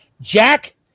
Jack